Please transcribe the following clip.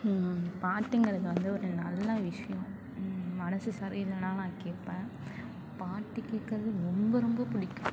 பாட்டுங்கிறது வந்து ஒரு நல்ல விஷயம் மனசு சரியில்லைனா நான் கேட்பேன் பாட்டு கேக்கிறது ரொம்ப ரொம்ப பிடிக்கும்